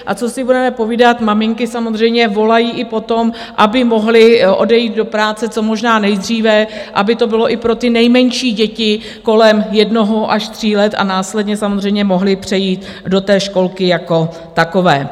A co si budeme povídat, maminky samozřejmě volají i po tom, aby mohly odejít do práce co možná nejdříve, aby to bylo i pro ty nejmenší děti kolem jednoho až tří let a následně samozřejmě mohly přejít do té školky jako takové.